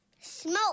Smoke